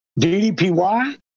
DDPY